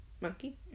monkey